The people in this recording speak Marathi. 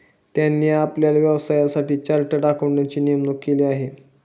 त्यांनी आपल्या व्यवसायासाठी चार्टर्ड अकाउंटंटची नेमणूक केली आहे